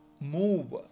move